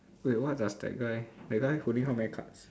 wait what does that guy that guy holding how many cards